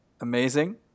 amazing